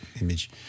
Image